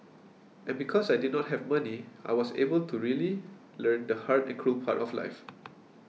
and because I did not have money I was able to really learn the hard and cruel part of life